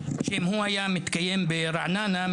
שאילו הוא היה מתקיים ברעננה,